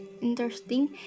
interesting